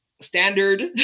standard